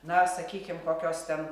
na sakykim kokios ten